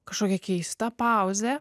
kažkokia keista pauzė